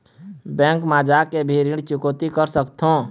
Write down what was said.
Bank मा जाके भी ऋण चुकौती कर सकथों?